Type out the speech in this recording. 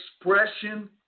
Expression